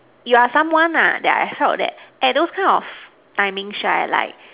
yeah someone lah that I hair that at those kind of timings sure I like